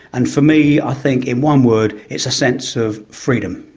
and for me i think, in one word, it's a sense of freedom.